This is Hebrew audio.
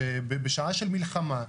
בשעה של מלחמה,